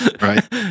Right